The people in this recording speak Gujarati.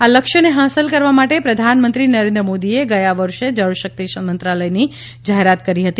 આ લક્ષ્યને હાંસલ કરવા માટે પ્રધાનમંત્રી નરેન્દ્ર મોદીએ ગયા વર્ષે જળ શક્તિ મંત્રાલયની જાહેરાત કરી હતી